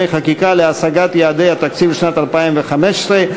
חקיקה להשגת יעדי התקציב לשנת 2015),